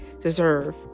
deserve